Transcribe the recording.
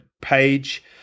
page